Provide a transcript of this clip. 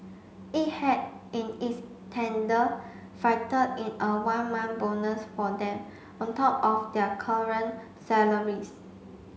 it had in its tender factored in a one month bonus for them on top of their current salaries